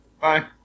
Bye